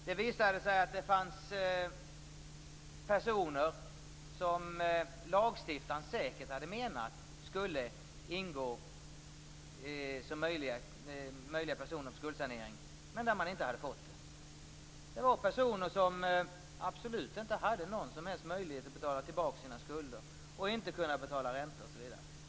Det visade sig att personer som lagstiftaren säkert hade menat skulle kunna komma i fråga för skuldsanering inte hade fått det. Det var personer som absolut inte hade någon som helst möjlighet att betala tillbaka sina skulder och inte kunde betala räntan.